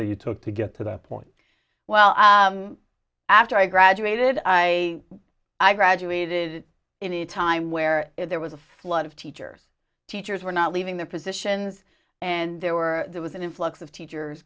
that you took to get to that point well after i graduated i graduated in a time where there was a flood of teachers teachers were not leaving their positions and there were there was an influx of teachers